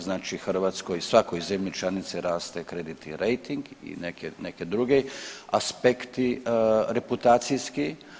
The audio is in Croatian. Znači Hrvatskoj i svakoj zemlji članici raste kreditni rejting i neki drugi aspekti reputacijski.